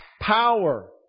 power